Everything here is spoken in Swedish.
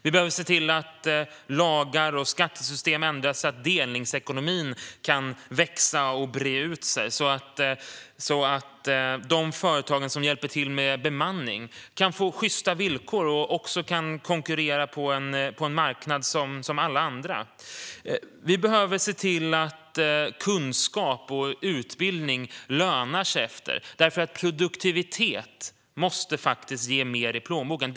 Vi behöver se till att lagar och skattesystem ändras så att delningsekonomin kan växa och bre ut sig och så att de företag som hjälper till med bemanning kan få sjysta villkor och konkurrera på en marknad som alla andra. Vi behöver se till att kunskap och utbildning lönar sig, för produktivitet måste ge mer i plånboken.